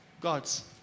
God's